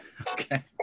okay